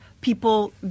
people